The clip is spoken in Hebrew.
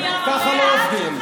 ככה לא עובדים.